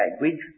language